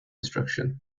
instruction